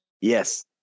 yes